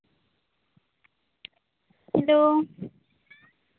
hello